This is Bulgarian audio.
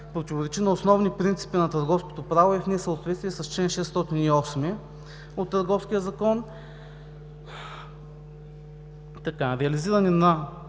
противоречи на основни принципи на търговското право и е в несъответствие с чл. 608 от Търговския закон. Реализиране на